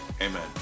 Amen